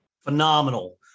Phenomenal